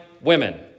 women